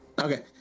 Okay